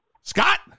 Scott